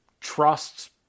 trusts